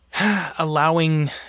allowing